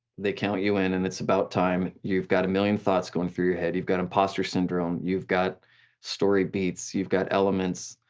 they count you in and it's about time, you've got a million thoughts going through your head, you've got imposter syndrome, you've got story beats, you've got elements,